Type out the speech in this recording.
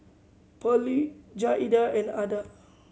Pearley Jaeda and Adah